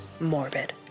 morbid